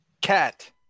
Cat